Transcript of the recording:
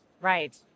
Right